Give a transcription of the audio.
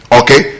okay